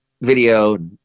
video